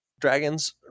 Dragons